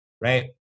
right